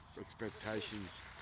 expectations